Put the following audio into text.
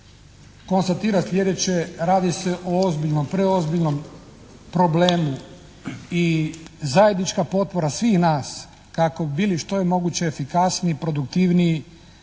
konstatirati sljedeće, radi se o ozbiljnom, preozbiljnom problemu i zajednička potpora svih nas kako bi bili što je moguće efikasniji, produktivniji